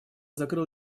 закрыл